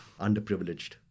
underprivileged